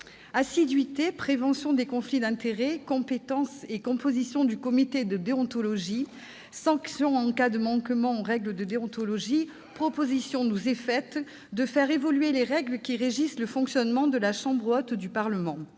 assiduité, prévention des conflits d'intérêts, compétences et composition du comité de déontologie, sanctions en cas de manquements aux règles de déontologie : proposition nous est soumise de faire évoluer les règles qui régissent le fonctionnement de la chambre haute du Parlement.